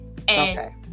Okay